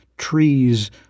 Trees